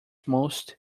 most